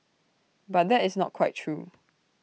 but that is not quite true